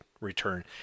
return